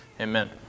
Amen